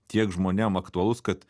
tiek žmonėm aktualus kad